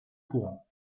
courant